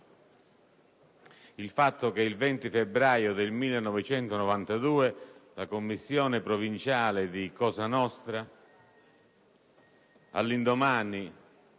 il fatto che il 20 febbraio 1992 la commissione provinciale di Cosa nostra, all'indomani